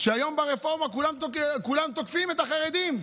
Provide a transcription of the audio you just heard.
והיום ברפורמה כולם תוקפים את החרדים.